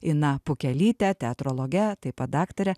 ina pukelyte teatrologe taip pat daktare